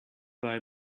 buy